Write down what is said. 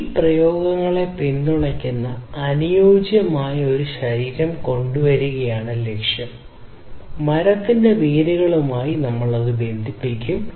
ഈ പ്രയോഗങ്ങളെ പിന്തുണയ്ക്കുന്ന അനുയോജ്യമായ ഒരു ശരീരം കൊണ്ടുവരികയാണ് ലക്ഷ്യം മരത്തിന്റെ വേരുകളുമായി ബന്ധിപ്പിക്കും